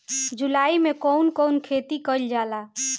जुलाई मे कउन कउन खेती कईल जाला?